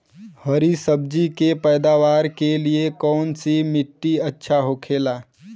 हरी सब्जी के पैदावार के लिए कौन सी मिट्टी अच्छा होखेला?